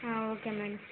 okay madam